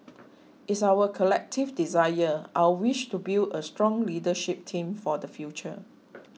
it's our collective desire our wish to build a strong leadership team for the future